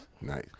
nice